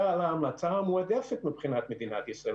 על ההמלצה המועדפת מבחינת מדינת ישראל,